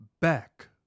Back